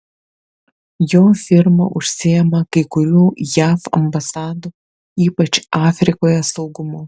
jo firma užsiima kai kurių jav ambasadų ypač afrikoje saugumu